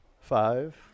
five